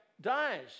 dies